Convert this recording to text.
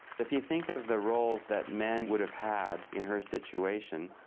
if you think of the roles that men would have had in her situation,